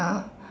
uh